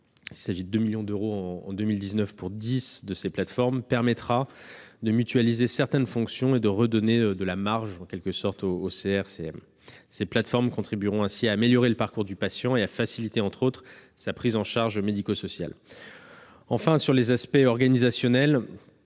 d'expertise- 2 millions d'euros en 2019 pour dix plateformes -permettra de mutualiser certaines fonctions et de redonner de la « marge » aux CRCM. Ces plateformes contribueront ainsi à améliorer le parcours du patient et à faciliter, entre autres, sa prise en charge médico-sociale. Enfin, sur les aspects organisationnels,